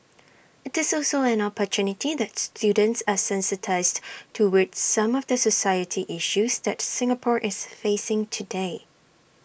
IT is also an opportunity that students are sensitised towards some of the society issues that Singapore is facing today